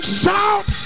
shout